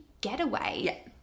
getaway